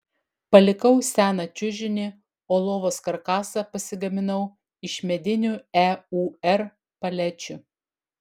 palikau seną čiužinį o lovos karkasą pasigaminau iš medinių eur palečių